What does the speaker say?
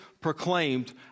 proclaimed